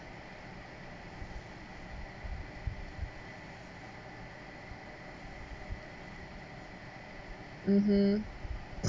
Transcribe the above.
mmhmm